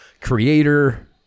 creator